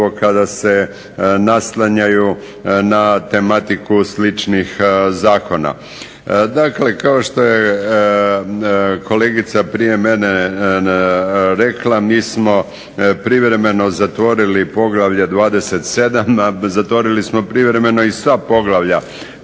kada se naslanjaju na tematiku sličnih zakona. Dakle, kao što je kolegica prije mene rekla, mi smo privremeno zatvorili poglavlje 27., a zatvorili smo privremeno i sva poglavlja